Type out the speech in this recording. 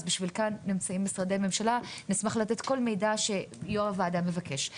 כאן נמצאים משרדי הממשלה ונשמח לתת כל מידע שיו"ר הוועדה מבקש,